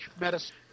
medicine